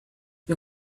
you